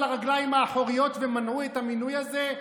הרגליים האחוריות ומנעו את המינוי הזה?